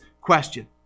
question